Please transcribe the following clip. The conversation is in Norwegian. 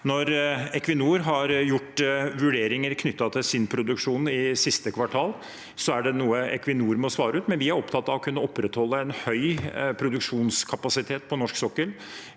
Når Equinor har gjort vurderinger knyttet til sin produksjon i siste kvartal, er det noe Equinor må svare ut. Vi er opptatt av å kunne opprettholde høy produksjonskapasitet på norsk sokkel.